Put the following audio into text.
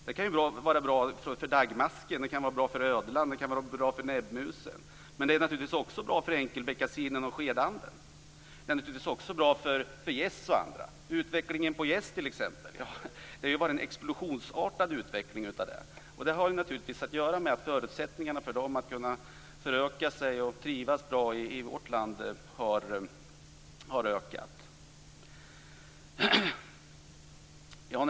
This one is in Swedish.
Det kan vara bra för daggmasken, ödlan och näbbmusen. Men det är naturligtvis också bra för enkelbeckasinen, skedanden, gässen och andra. Utvecklingen av gäss har varit explosionsartad. Det har naturligtvis att göra med att förutsättningarna för gässen att kunna föröka sig och trivas bra i vårt land har ökat.